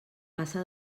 passa